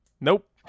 nope